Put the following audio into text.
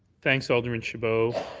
thanks, alderman chabot.